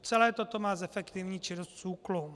Celé toto má zefektivnit činnost SÚKLu.